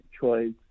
choice